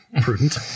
prudent